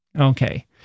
Okay